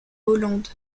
hollande